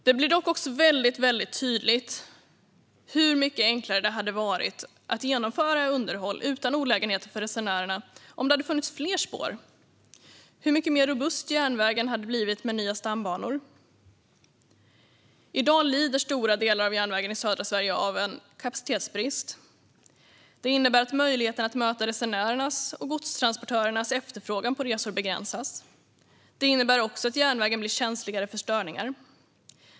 Det blir dock väldigt tydligt hur mycket enklare det hade varit att genomföra underhåll utan olägenheter för resenärerna om det hade funnits fler spår och hur mycket mer robust järnvägen hade blivit med nya stambanor. I dag lider stora delar av järnvägen i södra Sverige av en kapacitetsbrist. Det innebär att möjligheten att möta resenärernas och godstransportörernas efterfrågan på resor begränsas. Det innebär också att järnvägen blir känsligare för störningar.